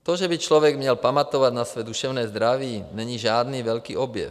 To, že by člověk měl pamatovat na své duševní zdraví, není žádný velký objev.